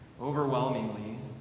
overwhelmingly